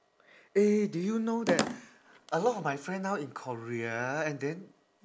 eh do you know that a lot of my friend now in korea and then